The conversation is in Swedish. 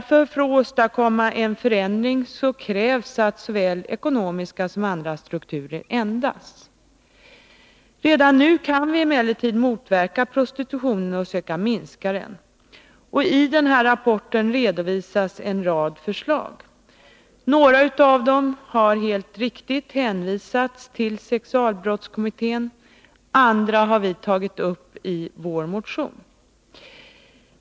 För att åstadkomma en förändring krävs därför att såväl ekonomiska som andra strukturer ändras. Redan nu kan vi emellertid motverka prostitutionen och söka minska den. I expertrapporten redovisas en rad förslag. Några av dem har helt riktigt hänvisats till sexualbrottskommittén, andra har vi tagit upp i vår motion.